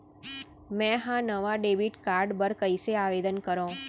मै हा नवा डेबिट कार्ड बर कईसे आवेदन करव?